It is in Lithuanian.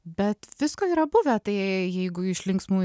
bet visko yra buvę tai jeigu iš linksmų